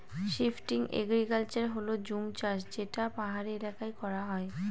shifting agriculture হল জুম চাষ যেটা পাহাড়ি এলাকায় করা হয়